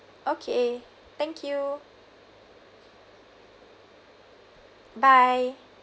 okay thank you bye